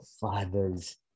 fathers